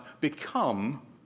become